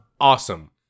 awesome